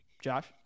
Josh